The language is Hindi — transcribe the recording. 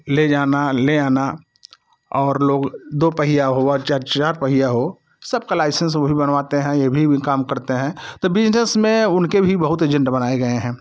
ले जाना ले आना और लोग दो पहिया हुआ चा चार पहिया हो सबका लाइसेंस वो भी बनवाते हैं ये भी काम करते हैं तो बिजनेस में उनके भी बहुत एजेंट बनाए गए हैं